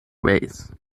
ways